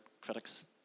critics